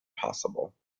possible